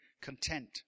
content